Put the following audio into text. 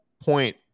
point